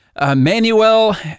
Manuel